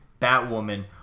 Batwoman